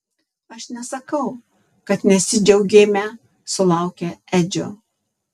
aš nesakau kad nesidžiaugėme sulaukę edžio